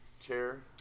Chair